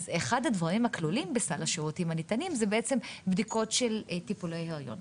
אז אחד הדברים הכלולים בסל השירותים הכלולים זה בדיקות של טיפולי הריון,